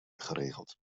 geregeld